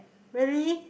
very